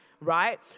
right